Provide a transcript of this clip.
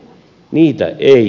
niitä ei ole